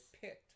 picked